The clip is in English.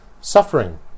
suffering